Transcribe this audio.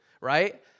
right